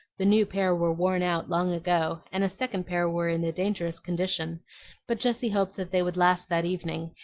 the new pair were worn out long ago, and a second pair were in a dangerous condition but jessie hoped that they would last that evening,